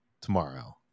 tomorrow